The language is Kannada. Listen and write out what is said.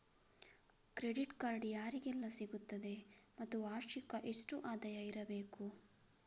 ಕ್ರೆಡಿಟ್ ಕಾರ್ಡ್ ಯಾರಿಗೆಲ್ಲ ಸಿಗುತ್ತದೆ ಮತ್ತು ವಾರ್ಷಿಕ ಎಷ್ಟು ಆದಾಯ ಇರಬೇಕು?